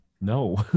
No